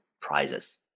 prizes